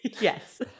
yes